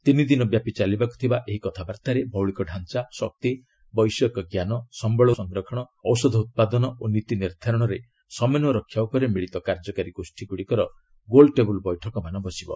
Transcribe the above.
ତିନିଦିନବ୍ୟାପୀ ଚାଲିବାକୁ ଥିବା ଏହି କଥାବାର୍ତ୍ତାରେ ମୌଳିକ ଡ଼ାଞ୍ଚା ଶକ୍ତି ବୈଷୟିକ ଜ୍ଞାନ ସମ୍ଭଳରୁ ସଂରକ୍ଷଣ ଔଷଧ ଉତ୍ପାଦନ ଓ ନୀତି ନିର୍ଦ୍ଧାରଣରେ ସମନ୍ୱୟ ରକ୍ଷା ଉପରେ ମିଳିତ କାର୍ଯ୍ୟକାରୀ ଗୋଷୀ ଗୁଡ଼ିକର ଗୋଲ୍ଟେବୁଲ୍ ବୈଠକମାନେ ବସିବ